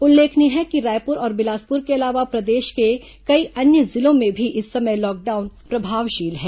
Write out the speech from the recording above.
उल्लेखनीय है कि रायपुर और बिलासपुर के अलावा प्रदेश के कई अन्य जिलों में भी इस समय लॉकडाउन प्रभावशील है